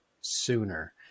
sooner